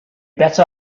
better